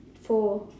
four